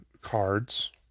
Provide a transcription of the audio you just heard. cards